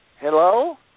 Hello